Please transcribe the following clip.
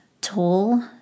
Toll